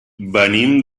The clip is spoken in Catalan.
venim